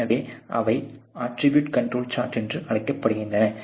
எனவே அவை attribute control chart என்று அழைக்கப்படுகின்றன